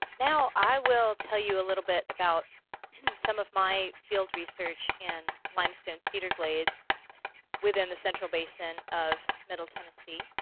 now i will tell you a little bit about some of my field research in limestone cedar glades within the central basin of middle tennessee.